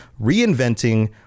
reinventing